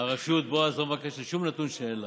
הרשות, בועז, לא מבקשת שום נתון שיש לה,